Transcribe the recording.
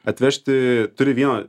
atvežti turi vieną